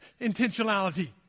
intentionality